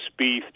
Spieth